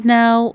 now